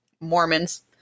Mormons